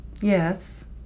Yes